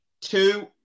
two